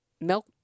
Milk